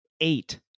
eight